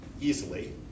easily